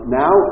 now